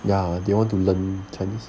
ya they want to learn chinese